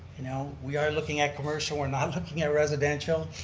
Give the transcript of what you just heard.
you know we are looking at commercial, we're not looking at residential.